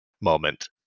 moment